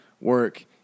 work